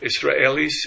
Israelis